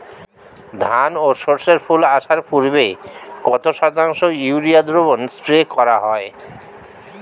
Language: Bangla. ধান ও সর্ষে ফুল আসার পূর্বে কত শতাংশ ইউরিয়া দ্রবণ স্প্রে করা হয়?